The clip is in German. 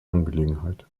angelegenheit